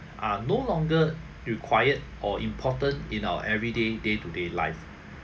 are no longer required or important in our everyday day to day life